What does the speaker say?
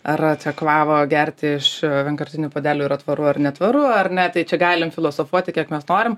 ar čia kavą gerti iš vienkartinių puodelių yra tvaru ar netvaru ar ne tai čia galim filosofuoti kiek mes norim